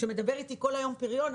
שמדבר אתי כל היום פריון,